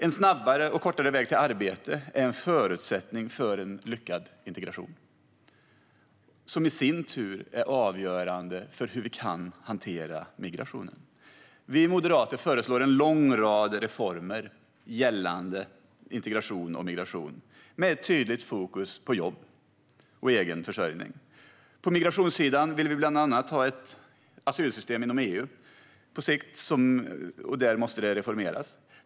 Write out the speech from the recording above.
En snabbare och kortare väg till arbete är en förutsättning för en lyckad integration, som i sin tur är avgörande för hur vi kan hantera migrationen. Vi moderater föreslår en lång rad reformer gällande integration och migration, med ett tydligt fokus på jobb och egen försörjning. På migrationssidan vill vi bland annat att EU:s asylsystem ska reformeras på sikt.